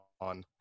on